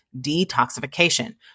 detoxification